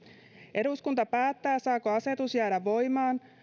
eduskunta päättää saako asetus jäädä voimaan